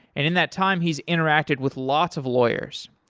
and in that time he's interacted with lots of lawyers,